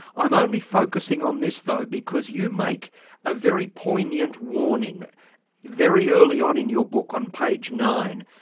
i'm only focusing on this though because you make a very poignant warning very early on in your book, on page nine,